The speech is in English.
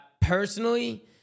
Personally